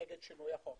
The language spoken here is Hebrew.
נגד שינוי החוק